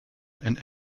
and